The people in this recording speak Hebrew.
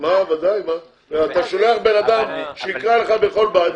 אתה שולח בן אדם שיקרא לך בכל בית,